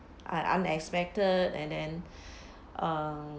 I unexpected and then err